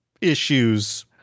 issues